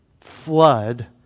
flood